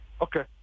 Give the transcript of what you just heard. Okay